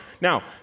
Now